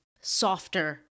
softer